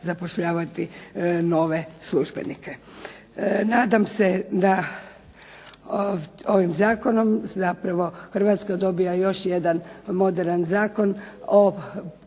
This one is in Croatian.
zapošljavati nove službenike. Nadam se da ovim zakonom zapravo Hrvatska dobiva još jedan moderan zakon